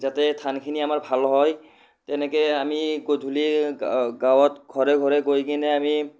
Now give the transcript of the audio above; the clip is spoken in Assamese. যাতে ধানখিনি আমাৰ ভাল হয় তেনেকৈ আমি গধূলি গ গাঁৱত ঘৰে ঘৰে গৈ কিনে আমি